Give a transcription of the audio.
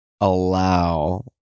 allow